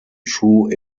true